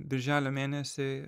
birželio mėnesį